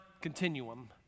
continuum